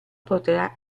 porterà